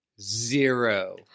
zero